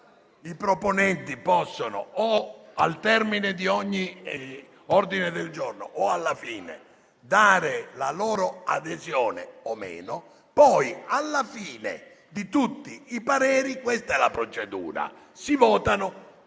i proponenti, al termine di ogni ordine del giorno o alla fine, possono dare la loro adesione o no, poi, alla fine di tutti i pareri - questa è la procedura - si votano tutti